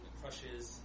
crushes